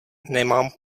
nemám